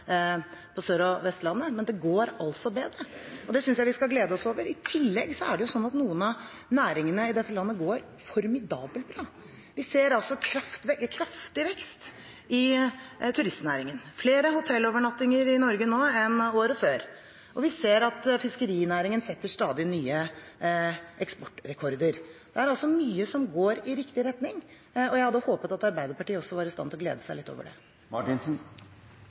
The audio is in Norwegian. går bedre. Det synes jeg vi skal glede oss over. I tillegg er det slik at noen av næringene i dette landet går formidabelt bra. Vi ser en kraftig vekst i turistnæringen, med flere hotellovernattinger i Norge nå enn året før. Vi ser at fiskerinæringen setter stadig nye eksportrekorder. Det er mye som går i riktig retning, og jeg hadde håpet at også Arbeiderpartiet var i stand til å glede seg litt over det.